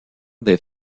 des